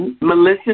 Melissa